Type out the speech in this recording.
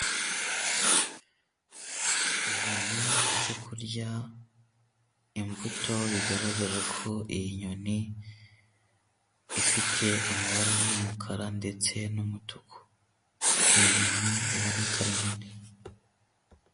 Inyoni iri kurya imbuto, bigaragara ko iyi nyoni ifite amabara y'umukara ndetse n'umutuku. Ni inyoni ubona ko ari nini.